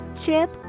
chip